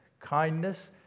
kindness